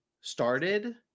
started